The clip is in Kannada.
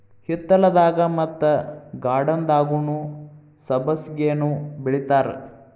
ಹಿತ್ತಲದಾಗ ಮತ್ತ ಗಾರ್ಡನ್ದಾಗುನೂ ಸಬ್ಬಸಿಗೆನಾ ಬೆಳಿತಾರ